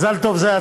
וקריאה שלישית.